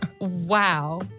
Wow